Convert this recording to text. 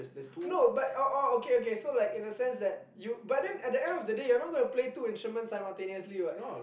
no but or or okay okay so like in a sense that you but then at the end of the day you're not gonna play two instrument simultaneously [what]